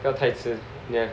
不要太迟 meh